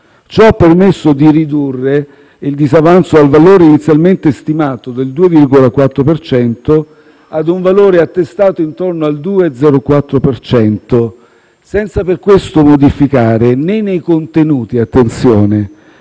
Ciò ha permesso di ridurre il disavanzo dal valore inizialmente stimato del 2,4 per cento ad un valore attestato intorno al 2,04 per cento, senza per questo modificare, né nei contenuti - attenzione!